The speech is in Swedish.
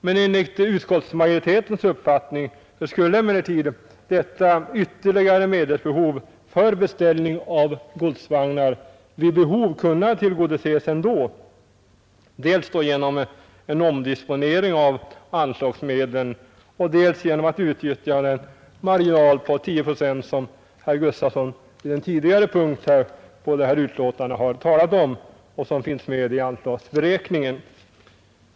Men enligt utskottsmajoritetens uppfattning skulle detta ytterligare medelsbehov för beställning av godsvagnar vid behov kunna tillgodoses ändå, dels genom omdisponering av anslagmedlen och dels genom att utnyttja den marginal på 10 procent som herr Gustafson i Göteborg vid en tidigare punkt i detta betänkande talat om och som finns med i anslagsberäkningen.